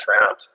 round